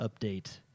update